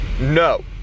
No